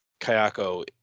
Kayako